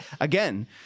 again